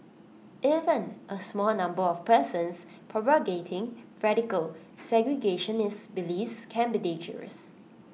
even A small number of persons propagating radical segregationist beliefs can be dangerous